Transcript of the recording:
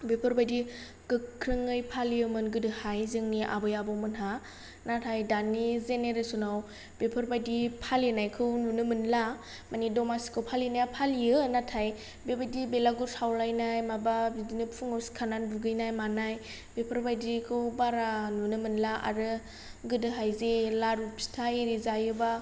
बेफोरबायदि गोख्रोङै फोलियोमोन गोदोहाय जोंनि आबै आबौमोनहा नाथाय दानि जेनेरेसनाव बेफोरबायदि फालिनायखौ नुनो मोनला मानि द'मासिखौ फालिनाया फालियो नाथाय बेबायदि बेलागुर सावलायनाय माबा बिदिनो फुंआव सिखारनानै दुगैनाय मानाय बेफोरबायदिखौ बारा नुनो मोनला आरो गोदोहाय जे लारु फिथा इरि जायोबा